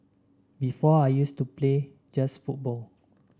before I used to play just football